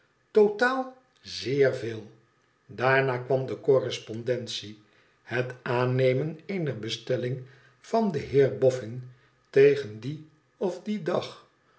totaal zeer veel daarna kwam de correspondentie het aannemen eener bestelling van den heer boffin tegen dien of dien dag